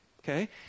okay